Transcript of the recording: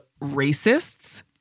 racists